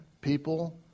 people